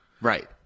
Right